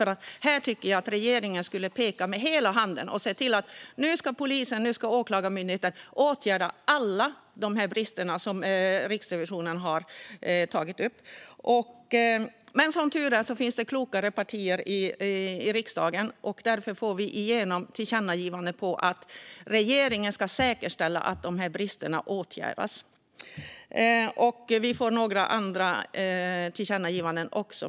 Jag tycker att regeringen borde peka med hela handen och se till att polisen och Åklagarmyndigheten åtgärdar alla de brister som Riksrevisionen tagit upp. Som tur är finns det klokare partier i riksdagen. Därför får vi igenom ett tillkännagivande om att regeringen ska säkerställa att de här bristerna åtgärdas. Vi får igenom några andra tillkännagivanden också.